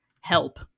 help